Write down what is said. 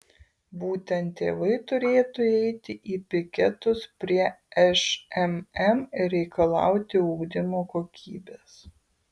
būtent tėvai turėtų eiti į piketus prie šmm ir reikalauti ugdymo kokybės